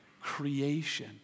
creation